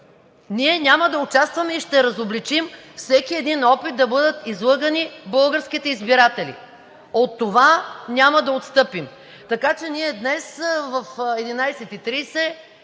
Ние няма да участваме и ще разобличим всеки един опит да бъдат излъгани българските избиратели. От това няма да отстъпим. Ние днес в 11,30